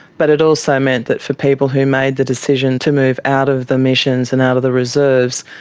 but it also meant that for people who made the decision to move out of the missions and out of the reserves,